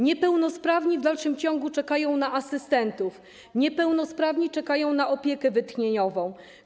Niepełnosprawni w dalszym ciągu czekają na asystentów, niepełnosprawni czekają na opiekę wytchnieniową.